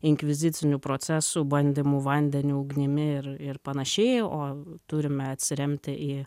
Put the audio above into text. inkvizicinių procesų bandymų vandeniu ugnimi ir ir panašiai o turime atsiremti į